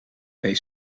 heeft